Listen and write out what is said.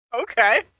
Okay